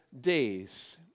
days